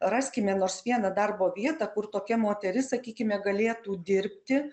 raskime nors vieną darbo vietą kur tokia moteris sakykime galėtų dirbti